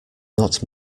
not